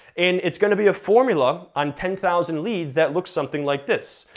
and it's gonna be a formula on ten thousand leads that looks something like this.